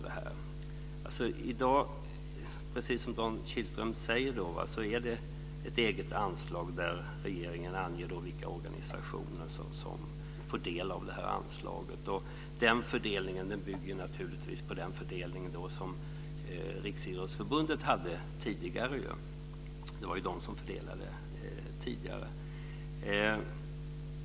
I dag är detta, precis som Dan Kihlström säger, ett eget anslag, och regeringen anger vilka organisationer som får del av det. Den fördelningen bygger naturligtvis på den fördelning som Riksidrottsförbundet tidigare hade. Det var ju RF som fördelade tidigare.